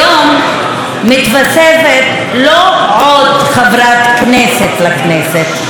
היום מתווספת לא עוד חברת כנסת לכנסת,